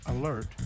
alert